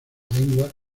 lengua